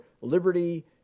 Liberty